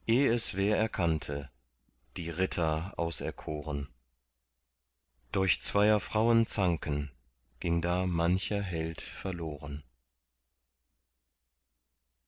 erkannte die ritter auserkoren durch zweier frauen zanken ging da mancher held verloren